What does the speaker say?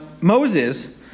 Moses